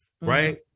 Right